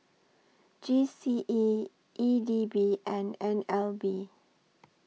G C E E D B and N L B